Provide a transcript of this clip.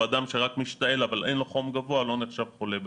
או אדם שרק משתעל ואין לו חום גבוה לא נחשב חולה בקורונה.